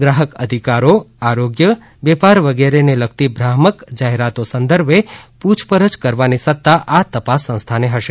ગ્રાહક અધિકારો આરોગ્ય વેપાર વગેરેની લગતી ભ્રામક જાહેરાતો સંદર્ભે પ્રછપરછ કરવાની સત્તા આ તપાસ સંસ્થાને હશે